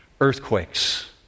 Earthquakes